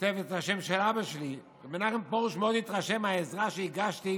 וכותב את השם של אבא שלי: מנחם פרוש מאוד התרשם מהעזרה שהגשתי.